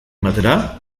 batera